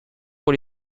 pour